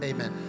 Amen